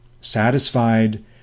satisfied